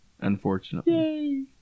Unfortunately